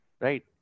Right